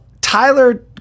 Tyler